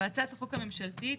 בהצעת החוק הממשלתית,